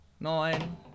Nine